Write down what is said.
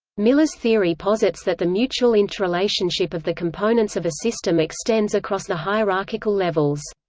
miller's theory posits that the mutual interrelationship of the components of a system extends across the hierarchical levels.